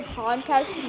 podcast